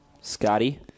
Scotty